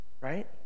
Right